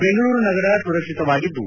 ಬೆಂಗಳೂರು ನಗರ ಸುರಕ್ಷಿತವಾಗಿದ್ದು